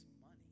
money